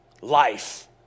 Life